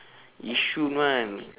yishun one